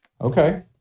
Okay